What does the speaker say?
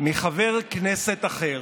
מחבר כנסת אחר.